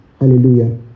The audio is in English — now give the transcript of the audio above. Hallelujah